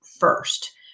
first